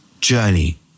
journey